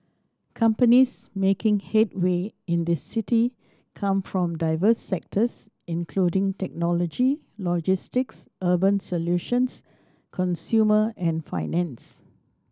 companies making headway in this city come from diverse sectors including technology logistics urban solutions consumer and finance